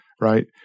right